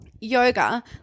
yoga